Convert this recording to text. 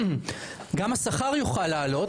גם השכר יוכל לעלות,